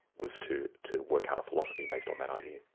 was to to work out a philosophy based on that idea.